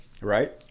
right